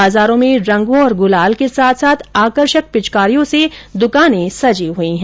बाजारों में रंगों और गुलाल के साथ साथ आकर्षक पिचकारियों से दुकाने सजी हुई है